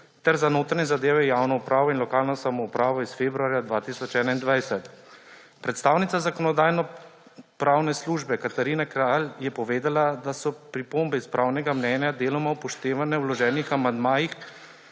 za notranje zadeve, javno upravo in lokalno samoupravo iz februarja 2021. Predstavnica Zakonodajno-pravne službe Katarina Kralj je povedala, da so pripombe iz pravnega mnenja deloma upoštevane v vloženih amandmajih